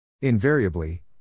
Invariably